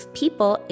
people